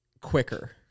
quicker